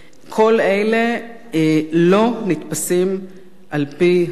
כל אלה לא נתפסים על-פי החוק